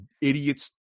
idiots